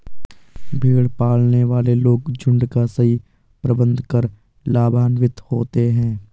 भेड़ पालने वाले लोग झुंड का सही प्रबंधन कर लाभान्वित होते हैं